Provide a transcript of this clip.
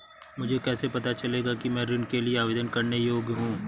मुझे कैसे पता चलेगा कि मैं ऋण के लिए आवेदन करने के योग्य हूँ?